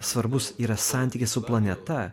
svarbus yra santykis su planeta